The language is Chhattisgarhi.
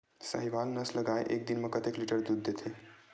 साहीवल नस्ल गाय एक दिन म कतेक लीटर दूध देथे?